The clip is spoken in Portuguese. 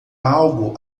algo